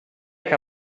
que